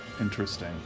Interesting